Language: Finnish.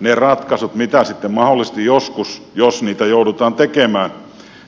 ne ratkaisut sitten mahdollisesti joskus tehdään jos niitä joudutaan